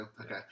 Okay